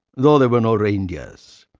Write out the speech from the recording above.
though there were no reindeers.